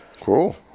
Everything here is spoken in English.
cool